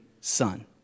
Son